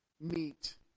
meet